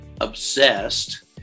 obsessed